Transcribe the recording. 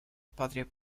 patria